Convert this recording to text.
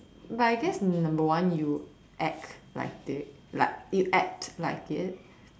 but I guess number one you act like it like you act like it